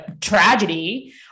tragedy